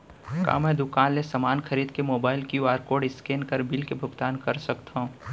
का मैं दुकान ले समान खरीद के मोबाइल क्यू.आर कोड स्कैन कर बिल के भुगतान कर सकथव?